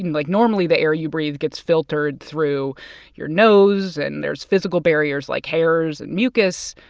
like, normally the air you breathe gets filtered through your nose. and there's physical barriers like hairs and mucus,